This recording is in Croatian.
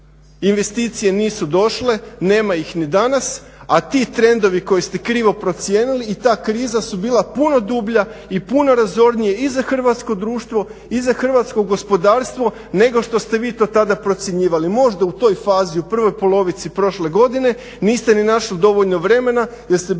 Investicije nisu došle, nema ih ni danas a ti trendovi koje ste krivo procijenili i ta kriza su bila puno deblja i puno razornije i za hrvatsko društvo i hrvatsko gospodarstvo nego što ste vi to tada procjenjivali. Možda u toj fazi u prvoj polovici prošle godine niste ni našli dovoljno vremena jer ste bili